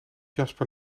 jasper